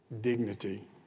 dignity